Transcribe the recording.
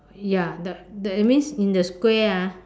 ya the that means in the square ah